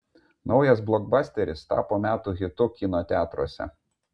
naujas blokbasteris tapo metų hitu kino teatruose